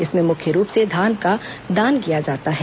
इसमें मुख्य रूप से धान का दान किया जाता है